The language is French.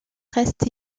reste